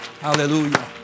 Hallelujah